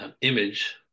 image